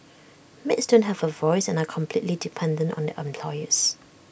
maids don't have A voice and are completely dependent on their employers